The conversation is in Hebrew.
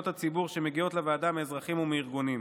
הציבור שמגיעות לוועדה מאזרחים ומארגונים,